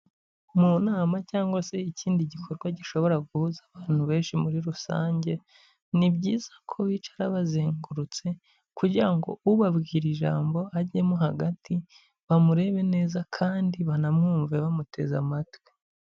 Mu nama cyangwa se ikindi gikorwa gishobora guhuza abantu benshi muri rusange, ni byiza ko bicara bazengurutse kugira ngo ubabwira ijambo agemo hagati, bamurebe neza kandi banamwumve bamuteze amatwi.